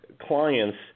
clients